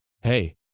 Hey